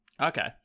Okay